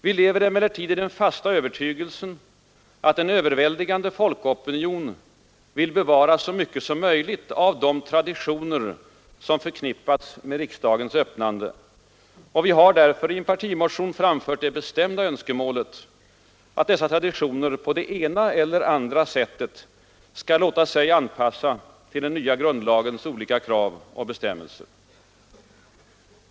Vi lever emellertid i den fasta övertygelsen att en överväldigande folkopinion vill bevara så mycket som möjligt av de traditioner som förknippats med riksdagens öppnande, och vi har därför i en partimotion framfört det bestämda önskemålet, att de på det ena eller andra sättet skall låta sig anpassa till den nya grundlagens olika krav och bestämmelser.